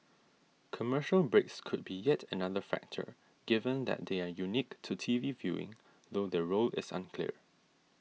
commercial breaks could be yet another factor given that they are unique to T V viewing though their role is unclear